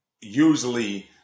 usually